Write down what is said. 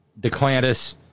DeClantis